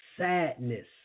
Sadness